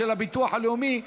של הביטוח הלאומי,